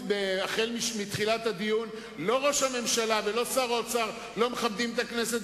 חלק מראשי הממשלה שכיהנו כאן במקומותינו,